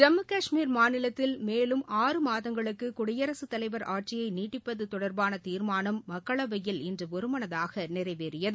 ஜம்முகஷ்மீர் மாநிலத்தில் மேலும் ஆறு மாதங்களுக்கு குடியரசுத்தலைவர் ஆட்சியை நீட்டிப்பது தொடர்பான தீர்மானம் மக்களவையில் இன்று ஒருமனதாக நிறைவேறியது